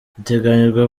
biteganyijwe